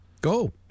Go